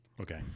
Okay